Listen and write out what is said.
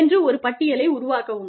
என்று ஒரு பட்டியலை உருவாக்கவும்